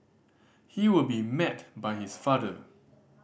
he will be met by his father